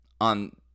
on